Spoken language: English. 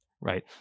right